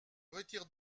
retire